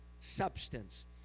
substance